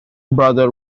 brother